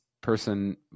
person